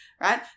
right